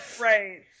Right